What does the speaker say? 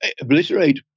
obliterate